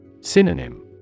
Synonym